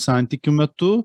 santykių metu